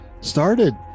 started